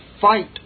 fight